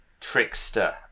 trickster